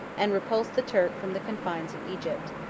and repulsed the turk from the confines of egypt.